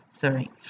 Sorry